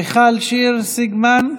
מיכל שיר סגמן,